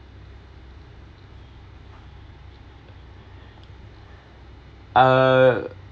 uh